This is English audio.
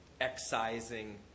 excising